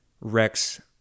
Rex